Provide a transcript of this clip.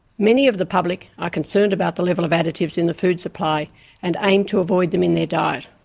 many of the public are concerned about the level of additives in the food supply and aim to avoid them in their diet.